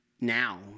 now